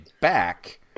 back